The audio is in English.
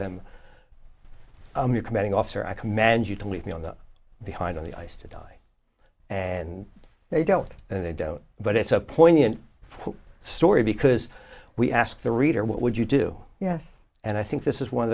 them i'm your commanding officer i command you to leave me on the behind on the ice to die and they don't and they don't but it's a poignant story because we ask the reader what would you do yes and i think this is one of